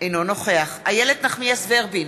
אינו נוכח איילת נחמיאס ורבין,